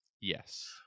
yes